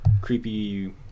creepy